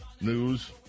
News